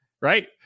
right